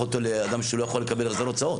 אותו לאדם שהוא לא יכול לקבל החזר הוצאות.